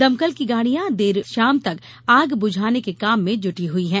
दमकल की गाड़ियां देर शाम तक आग बुझाने के काम में जुटी हुई है